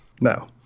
No